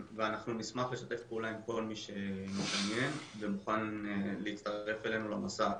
נשמח לשתף פעולה עם כל מי שמתעניין ומוכן להצטרף אלינו למסע הזה.